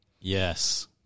Yes